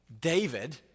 David